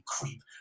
creep